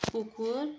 कुकुर